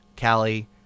Callie